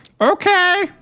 Okay